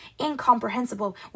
incomprehensible